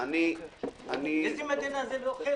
איזו מדינה זאת?